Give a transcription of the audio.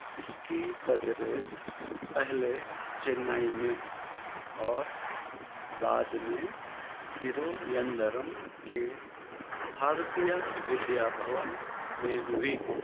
اس کی تدریس پہلے چنئی میں اور بعد میں ترویندرم کے بھارتیہ ودیا بھون میں ہوئی